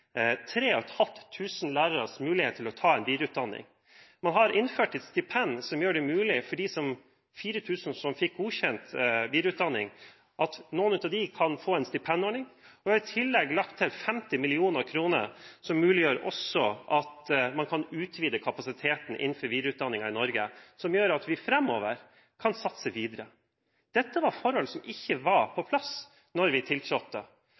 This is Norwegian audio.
500 lærere mulighet til å ta videreutdanning. Vi har innført en stipendordning som gjør det mulig for noen av de 4 000 som fikk godkjent videreutdanning, å få et stipend. Vi har lagt til 50 mill. kr, som muliggjør at man kan utvide kapasiteten når det gjelder videreutdanning i Norge, og som gjør at vi framover kan satse videre. Dette var forhold som ikke var på plass da vi tiltrådte.